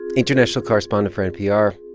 international correspondent for npr.